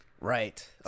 Right